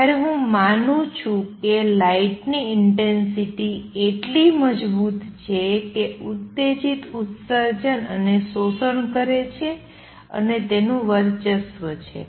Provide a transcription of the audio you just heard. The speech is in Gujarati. જ્યારે હું માનું છું કે લાઇટની ઇંટેંસિટી એટલી મજબૂત છે કે ઉત્તેજીત ઉત્સર્જન અને શોષણ કરે છે અને તેનું વર્ચસ્વ છે